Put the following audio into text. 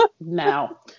now